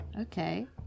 Okay